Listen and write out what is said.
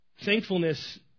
Thankfulness